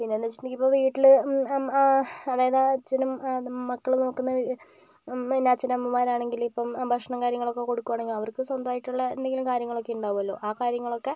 പിന്നെന്നു വെച്ചിട്ടുണ്ടെങ്കിൽ ഇപ്പോൾ വീട്ടില് അതായത് അച്ഛനും മക്കള് നോക്കുന്ന പിന്നെ അച്ഛനമ്മമാരാണെങ്കില് ഇപ്പം ഭക്ഷണം കാര്യങ്ങളൊക്കെ കൊടുക്കവാണെങ്കില് അവർക്ക് സ്വന്തായിട്ടുള്ള എന്തെങ്കിലും കാര്യങ്ങളൊക്കെ ഉണ്ടാകുമല്ലോ ആ കാര്യങ്ങളൊക്കെ